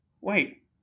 wait